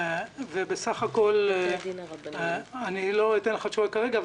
ובסך הכול לא אתן לך תשובה כרגע,